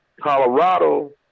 Colorado